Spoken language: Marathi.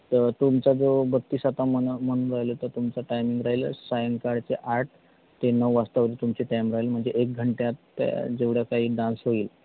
तर तुमचा जो बत्तीस आता मन म्हणून राहिले तर तुमचा टायमिंग राहील सायंकाळचे आठ ते नऊ वाजतावर तुमचे टाईम राहील म्हणजे एक घंट्यात त्या जेवढ्या काही डान्स होईल